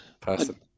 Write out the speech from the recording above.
person